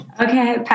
Okay